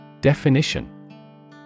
Definition